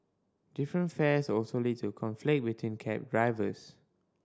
different fares also lead to conflict between cab drivers